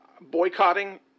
boycotting